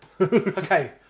okay